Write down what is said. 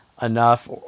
enough